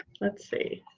let's see.